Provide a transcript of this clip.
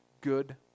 good